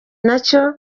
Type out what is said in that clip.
nacyo